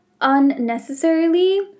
unnecessarily